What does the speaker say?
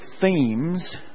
themes